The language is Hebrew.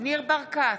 ניר ברקת,